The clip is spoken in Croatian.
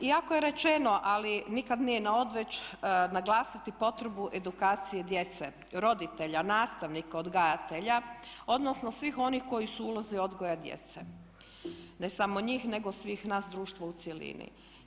Iako je rečeno, ali nikad nije na odmet naglasiti potrebu edukacije djece, roditelja, nastavnika, odgajatelja, odnosno svih onih koji su u ulozi odgoja djece, ne samo njih nego svih nas društva u cjelini.